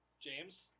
James